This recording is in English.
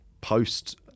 post